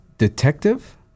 Detective